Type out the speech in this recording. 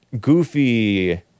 goofy